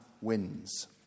wins